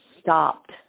stopped